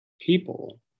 people